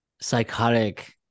psychotic